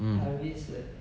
um